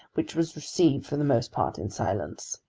which was received for the most part in silence.